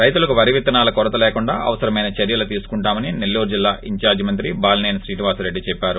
రైతులకు వరి విత్తనాల కొరత లేకుండా అవసరమైన చర్యలు తీసుకుంటామని నెల్లూరు జిల్లా ఇంఛార్లి మంత్రి బాలిసేని శ్రీనివాస్ రెడ్డి చెప్పారు